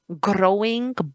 growing